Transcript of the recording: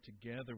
together